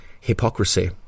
hypocrisy